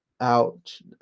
Ouch